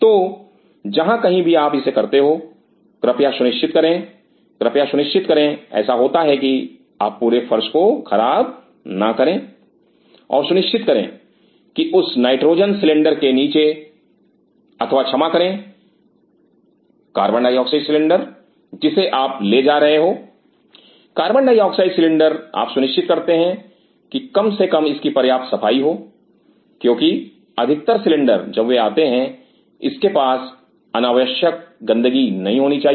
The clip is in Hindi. तो जहां कहीं भी आप इसे करते हो कृपया सुनिश्चित करें कृपया सुनिश्चित करें ऐसा होता है कि आप पूरे फर्श को खराब ना करें और सुनिश्चित करें कि उस नाइट्रोजन सिलेंडर के नीचे अथवा क्षमा करें कार्बन डाइऑक्साइड सिलेंडर जिसे आप ले जा रहे हो कार्बन डाइऑक्साइड सिलेंडर आप सुनिश्चित करते हैं कि कम से कम इसकी पर्याप्त सफाई हो क्योंकि अधिकतर सिलेंडर जब वे आते हैं इसके आसपास अनावश्यक गंदगी नहीं होनी चाहिए